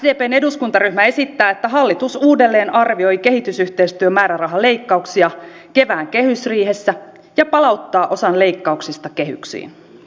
sdpn eduskuntaryhmä esittää että hallitus uudelleenarvioi kehitysyhteistyömäärärahaleikkauksia kevään kehysriihessä ja palauttaa osan leikkauksista kehyksiin